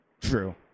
true